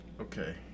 Okay